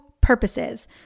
purposes